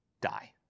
die